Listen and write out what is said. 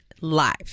Live